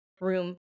room